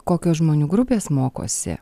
kokios žmonių grupės mokosi